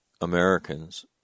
Americans